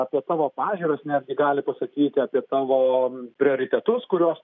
apie tavo pažiūros netgi gali pasakyti apie tavo prioritetus kuriuos